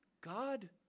God